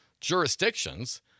jurisdictions